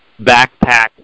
backpack